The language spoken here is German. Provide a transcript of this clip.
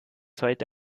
heute